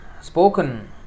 spoken